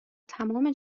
تمام